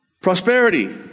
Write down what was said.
prosperity